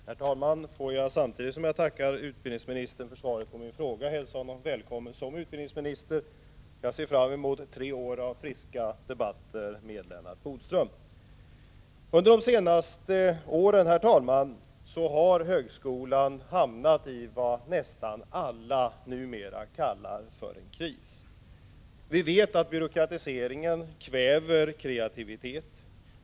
Herr talman! Jag får — samtidigt som jag tackar utbildningsministern för svaret på min fråga — hälsa Lennart Bodström välkommen som utbildningsminister. Jag ser fram emot tre år av friska debatter med honom. Under de senaste åren har högskolan hamnat i vad nästan alla numera kallar kris. Vi vet att byråkratiseringen kväver kreativitet.